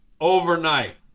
overnight